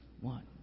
One